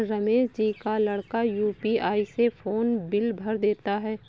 रमेश जी का लड़का यू.पी.आई से फोन बिल भर देता है